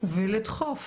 ולדחוף